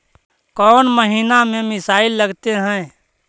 कौन महीना में मिसाइल लगते हैं?